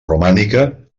romànica